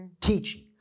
teaching